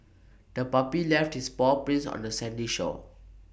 the puppy left its paw prints on the sandy shore